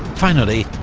finally,